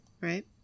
right